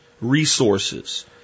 resources